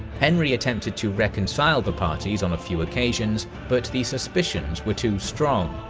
henry attempted to reconcile the parties on a few occasions, but the suspicions were too strong,